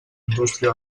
indústria